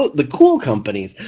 the cool companies,